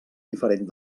diferent